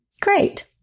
Great